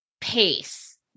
pace